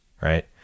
right